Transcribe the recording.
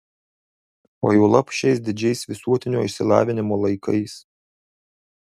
o juolab šiais didžiais visuotinio išsilavinimo laikais